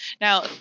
Now